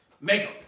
makeup